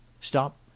Stop